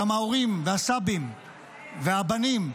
גם ההורים והסבים והבנים,